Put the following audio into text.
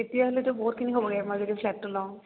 তেতিয়াহ'লেতো বহুখিনি হ'বগৈ মই যদি ফ্লেটটো লওঁ